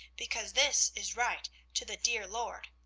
because this is right to the dear lord.